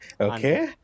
Okay